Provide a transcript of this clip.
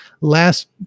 last